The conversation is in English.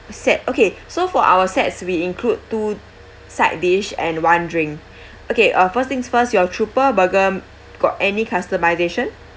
set okay so for our sets we include two side dish and one drink okay uh first things first your trooper bugger got any customisation